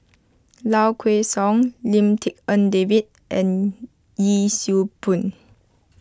Low Kway Song Lim Tik En David and Yee Siew Pun